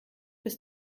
bis